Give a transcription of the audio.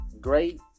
great